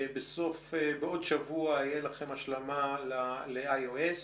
בעוד שבוע יהיה לכם השלמה ל-IOS,